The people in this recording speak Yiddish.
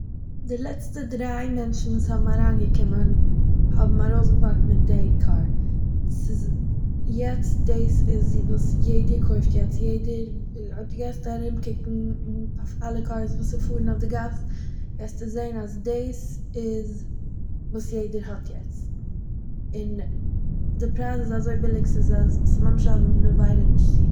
די לעצטע דריי מענטשן וואס האבן אריינגעקומען און האבן ארויסגעוואקט מיט די קאר, ס'איז יעצט דעס איז וואס יעדער קויפט יעצט, יעדער- אז דו גייסט ארומקוקן אויף אלע קארס וואס ס'פארן אויף די גאס, וועסטו זעהן אז דעס איז וואס יעדער האט יעצט, און די פרייז איז אזוי ביליג ס'איז אז- ס'איז ממש אן עבירה נישט צו נעמען